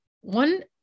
one